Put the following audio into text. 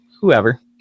whoever